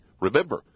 Remember